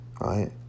right